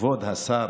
כבוד השר